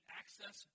access